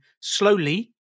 slowly